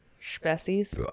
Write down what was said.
Species